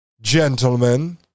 gentlemen